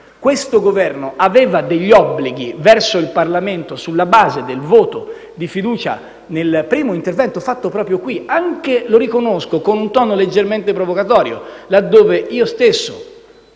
questo Governo aveva degli obblighi verso il Parlamento, sulla base del voto di fiducia nel primo intervento fatto proprio qui, anche con un tono leggermente provocatorio - lo riconosco,